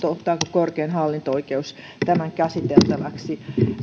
ottaako korkein hallinto oikeus tämän käsiteltäväksi